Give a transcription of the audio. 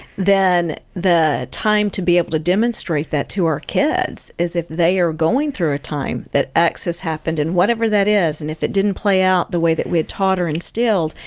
then the time to be able to demonstrate that to our kids is if they are going through a time that x has happened and whatever that is, and if it didn't play out the way that we had taught or instill,